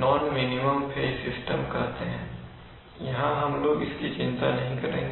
non minimum phase system कहते हैंयहां हम लोग इसकी चिंता नहीं करेंगे